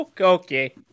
Okay